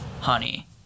honey